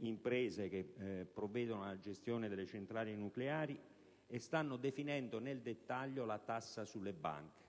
imprese che provvedono alla gestione delle centrali nucleari e stanno definendo nel dettaglio la tassa sulle banche;